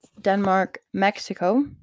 Denmark-Mexico